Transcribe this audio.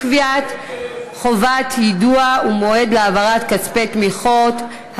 קביעת חובת יידוע ומועד להעברת כספי תמיכות),